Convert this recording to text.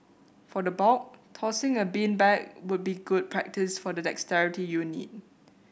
for the bulk tossing a beanbag would be good practice for the dexterity you need